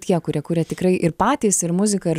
tie kurie kuria tikrai ir patys ir muziką ir